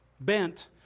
bent